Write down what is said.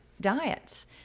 diets